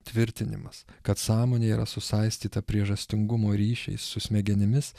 tvirtinimas kad sąmonė yra susaistyta priežastingumo ryšiais su smegenimis